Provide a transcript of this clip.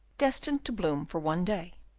destined to bloom for one day,